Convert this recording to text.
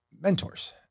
mentors